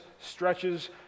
stretches